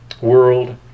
world